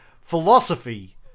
philosophy